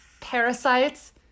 parasites